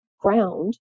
ground